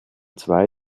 zwei